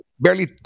Barely